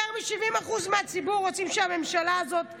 יותר מ-70% מהציבור רוצים שהממשלה הזאת תלך.